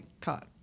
cut